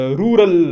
rural